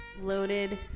Loaded